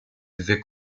dwie